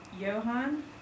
Johan